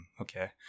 Okay